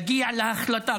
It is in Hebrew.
להגיע להחלטה,